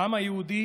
העם היהודי